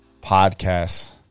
podcast